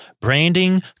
branding